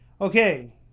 okay